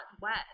wet